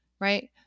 right